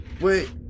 Wait